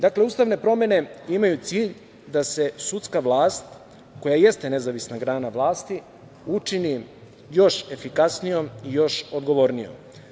Dakle, ustavne promene imaju cilj da se sudska vlast koja jeste nezavisna grana vlasti učini još efikasnijom i još odgovornijom.